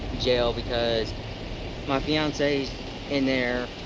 jail because my fiance's in there.